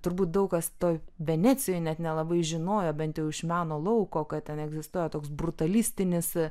turbūt daug kas toj venecijoj net nelabai žinojo bent jau iš meno lauko kad tenai egzistuoja toks brutalistinis